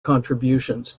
contributions